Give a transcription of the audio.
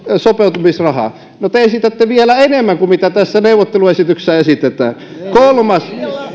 sopeutumisrahaa no te esitätte vielä enemmän kuin mitä tässä neuvotteluesityksessä esitetään kolmas